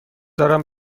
دارم